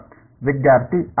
ವಿದ್ಯಾರ್ಥಿ R cube